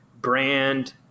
brand